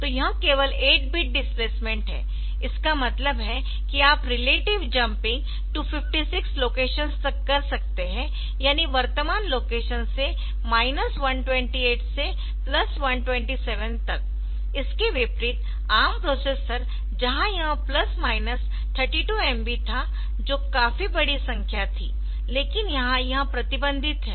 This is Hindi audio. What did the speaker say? तो यह केवल 8 बिट डिस्प्लेसमेंट है इसका मतलब है कि आप रिलेटिव जम्पींग 256 लोकेशंस तक कर सकते है यानी वर्तमान लोकेशन से 128 से 127 तक इसके विपरीत ARM प्रोसेसर जहां यह प्लस माइनस 32 MB था जोकाफी बड़ी संख्या थी लेकिन यहां यह प्रतिबंधित है